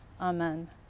amen